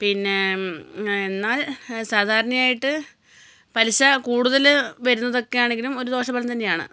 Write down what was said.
പിന്നെ എന്നാൽ സാധാരണയായിട്ട് പലിശ കൂടുതല് വെരുന്നതൊക്കെ ആണെങ്കിലും ഒരു ദോഷഫലം തന്നെയാണ്